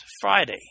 Friday